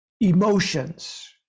emotions